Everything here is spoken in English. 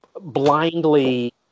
blindly